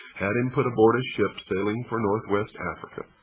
had him put aboard a ship sailing for north-west africa.